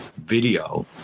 video